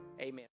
amen